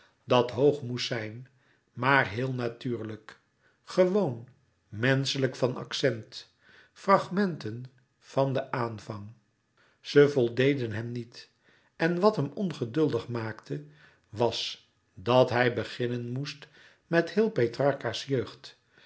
dat hoog louis couperus metamorfoze moest zijn maar heel natuurlijk gewoon menschelijk van accent fragmenten van den aanvang ze voldeden hem niet en wàt hem ongeduldig maakte was dat hij beginnen moest met heel petrarca's jeugd